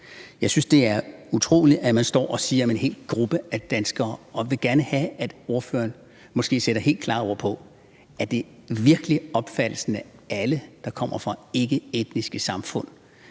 Jeg synes, det er utroligt, at man står og siger det, der siges, om en hel gruppe af danskere, og jeg vil gerne have, at ordføreren sætter helt klare ord på, om det virkelig er opfattelsen, at alle dem, der kommer fra etniske samfund,